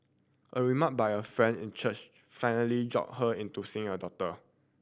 a remark by a friend in church finally jolted her into seeing a doctor